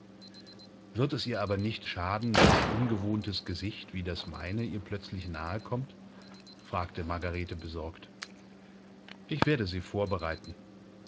wird es ihr aber nicht schaden wenn ein ungewohntes gesicht wie das meine ihr plötzlich nahe kommt fragte margarete besorgt ich werde sie vorbereiten